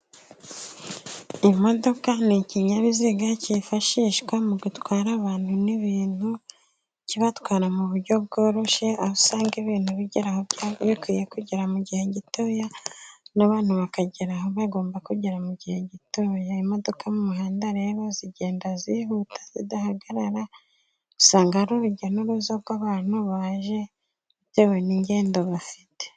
Imodoka n'ikinyabiziga cyifashishwa mu gutwara abantu n'ibintu kibatwara mu buryo bworoshye, aho usanga ibintu bigera aho bikwiye kugera mu gihe gito, n'abantu bakagera aho bagomba kugera mu gihe gito, imodoka mu muhanda rero zigenda zihuta zidahagarara, usanga hari urujya n'uruza rw'abantu baje bitewe n'ingendo bafite.